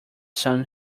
sun